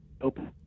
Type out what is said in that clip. open